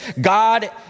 God